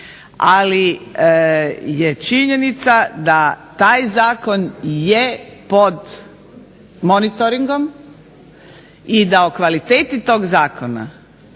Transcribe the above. ali je činjenica da taj zakon je pod monitoringom i da o kvaliteti toga zakona